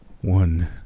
one